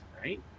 right